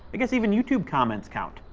i guess even youtube comment counts.